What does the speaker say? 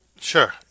Sure